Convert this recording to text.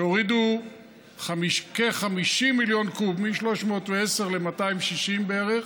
שהורידו כ-50 מיליון קוב, מ-310 ל-260 בערך,